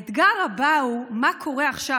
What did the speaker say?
האתגר הבא הוא מה קורה עכשיו,